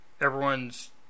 everyone's